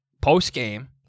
post-game